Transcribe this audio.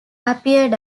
appeared